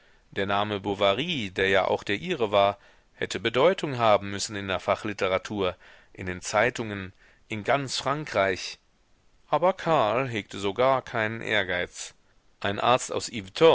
der name bovary der ja auch der ihre war hätte bedeutung haben müssen in der fachliteratur in den zeitungen in ganz frankreich aber karl hegte so gar keinen ehrgeiz ein arzt aus